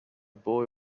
boy